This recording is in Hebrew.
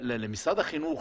למשרד החינוך,